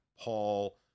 Paul